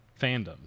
fandoms